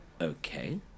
Okay